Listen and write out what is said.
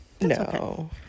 No